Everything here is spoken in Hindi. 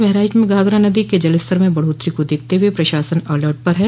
बहराइच में घाघरा नदी के जलस्तर में बढ़ोत्तरी को देखते हुए प्रशासन अलर्ट पर है